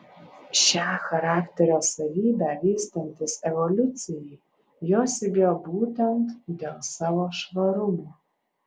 šią charakterio savybę vystantis evoliucijai jos įgijo būtent dėl savo švarumo